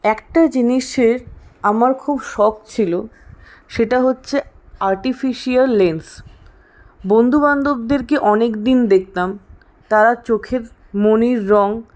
একটা জিনিসের আমার খুব শখ ছিলো সেটা হচ্ছে আর্টিফিশিয়াল লেন্স বন্ধুবান্ধবদেরকে অনেক দিন দেখতাম তারা চোখের মণির রঙ